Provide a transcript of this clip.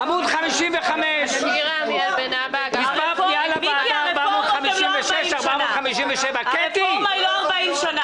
מיקי, הרפורמות הן לא 40 שנה.